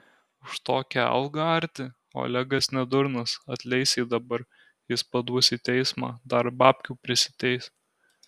už tokią algą arti olegas ne durnas atleis jį dabar jis paduos į teismą dar babkių prisiteis